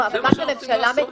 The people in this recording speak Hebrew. זה מה שאנחנו רוצים לעשות.